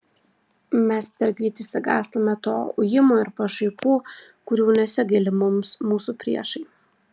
mes per greit išsigąstame to ujimo ir pašaipų kurių nesigaili mums mūsų priešai